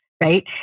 right